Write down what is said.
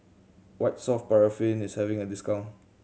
White Soft Paraffin is having a discount